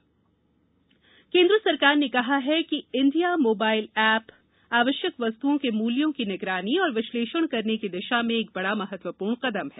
वस्तु निगरानी केन्द्र सरकार ने कहा है कि इंडिया मोबाइल ऐप आवश्यक वस्तुओं के मूल्यों की निगरानी और विश्लेशषण करने की दिशा में एक बड़ा महत्वपूर्ण कदम है